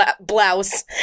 blouse